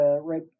right